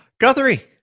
Guthrie